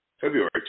February